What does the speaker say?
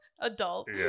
Adult